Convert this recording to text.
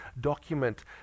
document